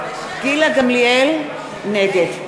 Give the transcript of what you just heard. (קוראת בשמות חברי הכנסת) גילה גמליאל, נגד.